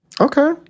Okay